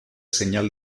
señal